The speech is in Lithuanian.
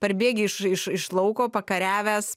parbėgę iš iš iš lauko pakariavęs